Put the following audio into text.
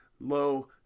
low